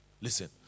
Listen